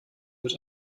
mit